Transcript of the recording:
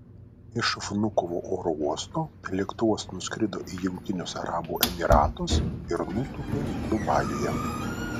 iš vnukovo oro uosto lėktuvas nuskrido į jungtinius arabų emyratus ir nutūpė dubajuje